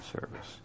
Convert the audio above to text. service